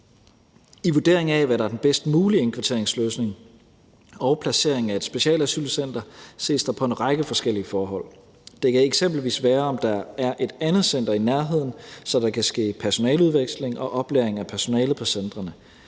I vurderingen af, hvad der er den bedst mulige indkvarteringsløsning og placering af et specialasylcenter, ses der på en række forskellige forhold. Det kan eksempelvis være, om der er et andet center i nærheden, så der kan ske personaleudveksling og oplæring af personale på centrene.